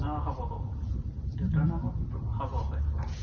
অঁ হ'ব হ'ব দেউতাৰ নামত হ'ব হয়